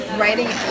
writing